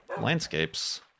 landscapes